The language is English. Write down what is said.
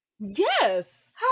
Yes